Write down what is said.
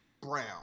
Brown